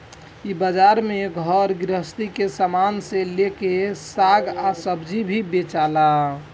इ बाजार में घर गृहस्थी के सामान से लेके साग आ सब्जी भी बेचाला